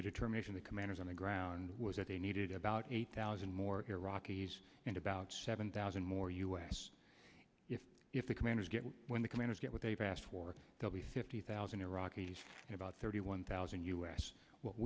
the determination the commanders on the ground was that they needed about eight thousand more iraqis and about seven thousand more u s if if the commanders get when the commanders get what they've asked for the be fifty thousand iraqis and about thirty one thousand u s what